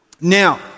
Now